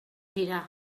dira